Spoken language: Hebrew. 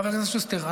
חבר הכנסת שוסטר,